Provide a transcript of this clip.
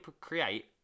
create